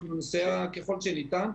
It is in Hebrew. אנחנו נסייע ככל הניתן.